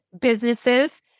businesses